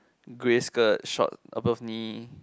Grey skirt short above knee